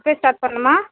இப்போவே ஸ்டார்ட் பண்ணணுமா